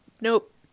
Nope